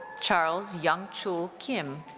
charles yongchul kim.